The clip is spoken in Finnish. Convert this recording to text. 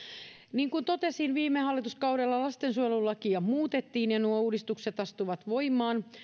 niin kuin totesin viime hallituskaudella lastensuojelulakia muutettiin ja nuo uudistukset astuvat voimaan